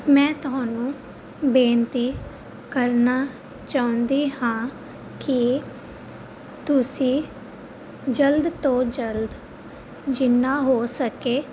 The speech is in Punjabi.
ਮੈਂ ਤੁਹਾਨੂੰ ਬੇਨਤੀ ਕਰਨਾ ਚਾਹੁੰਦੀ ਹਾਂ ਕਿ ਤੁਸੀਂ ਜਲਦ ਤੋਂ ਜਲਦ ਜਿੰਨਾ ਹੋ ਸਕੇ